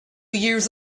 years